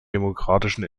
demokratischen